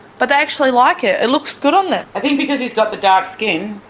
but they actually like it, it looks good on them. i think because he's got the dark skin,